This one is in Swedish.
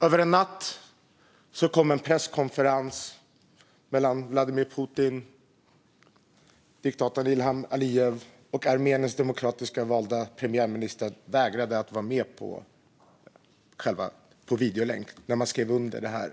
Över en natt kom en presskonferens från Vladimir Putin och diktatorn Ilham Alijev. Armeniens demokratiskt valda premiärminister vägrade att vara med på videolänk när man skrev under det